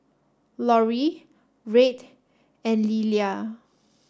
Lori Red and Lillia